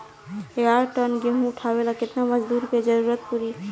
ग्यारह टन गेहूं उठावेला केतना मजदूर के जरुरत पूरी?